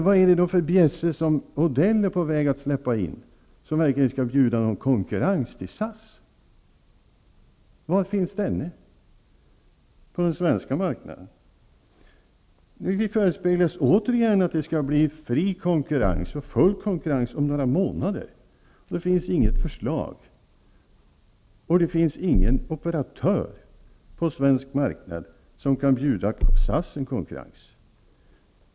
Vad är det för bjässe som Odell är på väg att släppa in som verkligen kan bjuda någon konkurrens till Nu förespeglas återigen att det skall bli friare konkurrens och full konkurrens om några månader. Men det finns inget förslag, och det finns ingen operatör på svensk marknad som kan erbjuda SAS konkurrens.